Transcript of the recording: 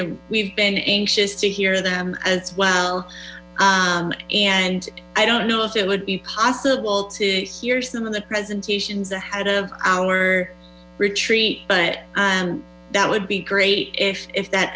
know we've been anxious to hear them as well and i don't know if it would be possible to hear some of the presentations ahead of our retreat but that would be great if if that